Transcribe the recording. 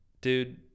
dude